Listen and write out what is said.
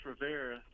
Rivera